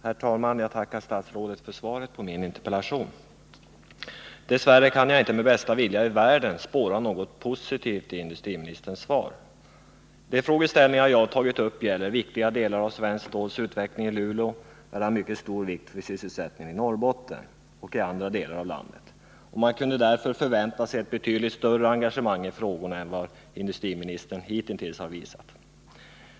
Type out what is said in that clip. Herr talman! Jag tackar statsrådet för svaret på min interpellation. Dess värre kan jag inte, med bästa vilja i världen, spåra något positivt i industriministerns svar. De frågeställningar jag tagit upp gäller viktiga delar av Svenskt Ståls utveckling i Luleå, som är av mycket stor vikt för sysselsättningen i Norrbotten och i andra delar av landet. Man kunde därför förvänta sig ett betydligt större engagemang för dessa frågor än vad industriministern hittills har visat.